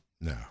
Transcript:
No